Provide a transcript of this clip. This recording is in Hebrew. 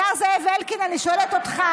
השר זאב אלקין, אני שואלת אותך.